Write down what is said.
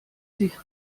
sich